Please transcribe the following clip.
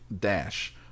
Dash